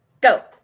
Go